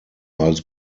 als